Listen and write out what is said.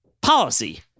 policy